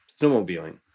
snowmobiling